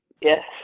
Yes